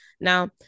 Now